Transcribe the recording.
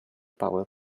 power